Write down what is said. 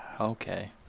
Okay